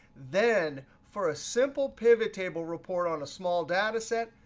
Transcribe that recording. then, for a simple pivottable report on a small data set,